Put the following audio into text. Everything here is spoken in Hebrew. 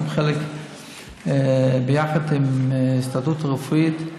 גם ביחד עם ההסתדרות הרפואית.